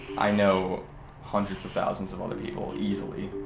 i know hundreds of thousands of other people, easily,